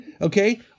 Okay